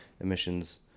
emissions